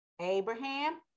Abraham